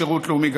לשירות לאומי,